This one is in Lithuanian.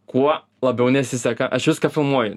kuo labiau nesiseka aš viską filmuoju